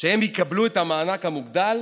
שהם יקבלו את המענק המוגדל